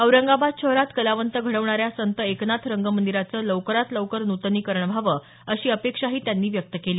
औरंगाबाद शहरात कलावंत घडवणाऱ्या संत एकनाथ रंगमंदिराचं लवकरात लवकर नूतनीकरण व्हावं अशी अपेक्षाही त्यांनी यावेळी व्यक्त केली